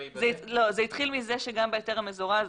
זה התחיל בזה שגם בהיתר המזורז,